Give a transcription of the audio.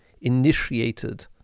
initiated